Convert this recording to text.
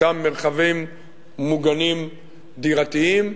אותם מרחבים מוגנים דירתיים,